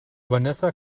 vanessa